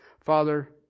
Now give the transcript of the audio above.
Father